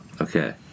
Okay